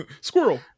squirrel